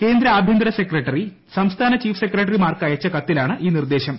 കേന്ദ്ര ആഭ്യന്തര സെക്രട്ടറി സംസ്ഥാന ചീഫ് സ്റ്റ്രിക്ടറി മാർക്ക് അയച്ച കത്തിലാണ് ഈ നിർദേശം